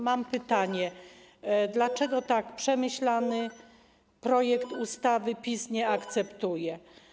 Mam pytanie: Dlaczego tak przemyślanego projektu ustawy PiS nie akceptuje?